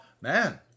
man